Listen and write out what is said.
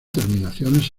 terminaciones